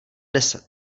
deset